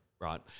Right